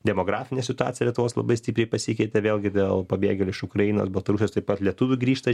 demografinė situacija lietuvos labai stipriai pasikeitė vėlgi dėl pabėgėlių iš ukrainos baltarusijos taip pat lietuvių grįžta